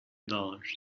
dollars